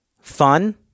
fun